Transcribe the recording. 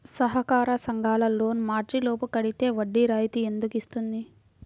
సహకార సంఘాల లోన్ మార్చి లోపు కట్టితే వడ్డీ రాయితీ ఎందుకు ఇస్తుంది?